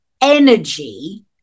energy